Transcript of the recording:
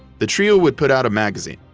the trio would put out a magazine,